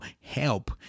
help